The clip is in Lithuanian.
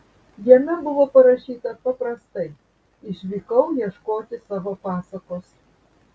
jame buvo parašyta paprastai išvykau ieškoti savo pasakos